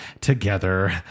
together